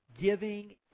giving